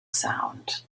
sound